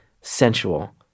sensual